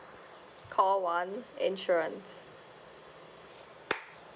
call one insurance